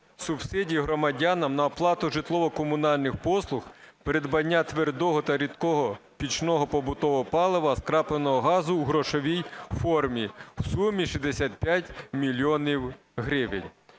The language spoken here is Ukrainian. субсидій громадянам на оплату житлово-комунальних послуг, придбання твердого та рідкого пічного побутового палива, скрапленого газу в грошовій формі" в сумі 65 мільйонів